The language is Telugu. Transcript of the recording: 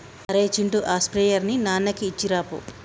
అరేయ్ చింటూ ఆ స్ప్రేయర్ ని నాన్నకి ఇచ్చిరాపో